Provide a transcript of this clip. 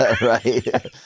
Right